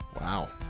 Wow